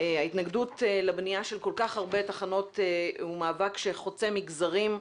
ההתנגדות לבנייה של כל כך הרבה תחנות ומאבק שחוצה מגזרים,